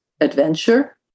adventure